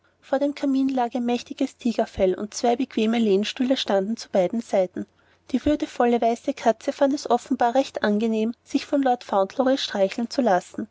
vor dem kamin lag ein mächtiges tigerfell und zwei bequeme lehnstühle standen zu beiden seiten die würdevolle weiße katze fand es offenbar recht angenehm sich von lord fauntleroy streicheln zu lassen